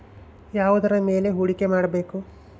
ಯಾವುದರ ಮೇಲೆ ಹೂಡಿಕೆ ಮಾಡಬೇಕು?